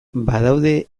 badaude